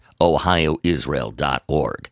ohioisrael.org